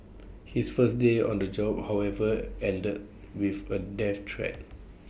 his first day on the job however ended with A death threat